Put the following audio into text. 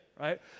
right